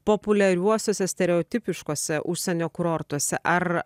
populiariuosiuose stereotipiškuose užsienio kurortuose ar